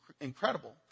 incredible